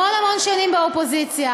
המון המון שנים באופוזיציה,